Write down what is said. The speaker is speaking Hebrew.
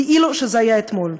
כאילו זה היה אתמול.